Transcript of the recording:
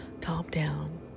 top-down